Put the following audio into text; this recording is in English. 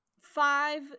Five